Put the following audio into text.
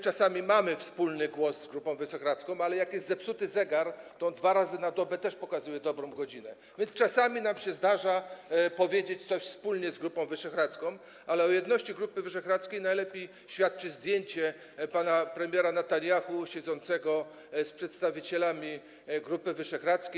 Czasami mamy wspólny głos z Grupą Wyszehradzką, ale jak jest zepsuty zegar, to on dwa razy na dobę też pokazuje dobrą godzinę, więc czasami nam się zdarza powiedzieć coś wspólnie z Grupą Wyszehradzką, ale o jedności Grupy Wyszehradzkiej najlepiej świadczy zdjęcie pana premiera Netanjahu siedzącego z przedstawicielami Grupy Wyszehradzkiej.